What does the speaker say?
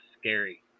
scary